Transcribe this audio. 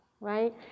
right